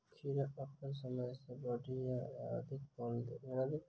खीरा अप्पन समय सँ बढ़िया आ अधिक फल केना देत?